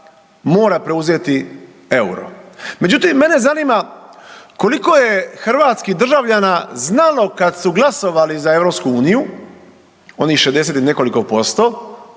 mora preuzeti EUR-o. Međutim, mene zanima koliko je hrvatskih državljana znalo kad su glasovali za EU, onih 60 i nekoliko posto,